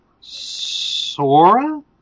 Sora